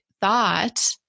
thought